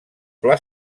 pla